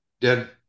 dead